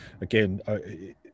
Again